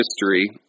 history